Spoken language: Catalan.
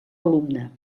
alumna